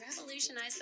revolutionize